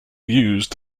used